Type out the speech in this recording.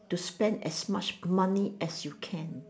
to spend as much money as you can